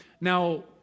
Now